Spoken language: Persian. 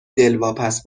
دلواپس